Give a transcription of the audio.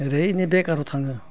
ओरैनो बेकाराव थाङो